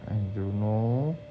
I dont know